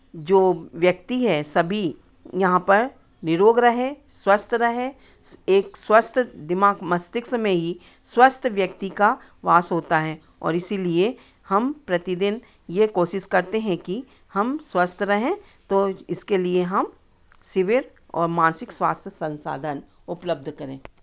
जो व्यक्ति है सभी यहाँ पर निरोग रहे स्वस्थ रहे एक स्वस्थ दिमाग मस्तिष्क में ही स्वस्थ व्यक्ति का वास होता है और इसीलिए हम प्रतिदिन ये कोशिश करते हैं कि हम स्वस्थ रहें तो इसके लिए हम शिविर और मानसिक स्वास्थ्य संसाधन उपलब्ध करें